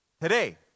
today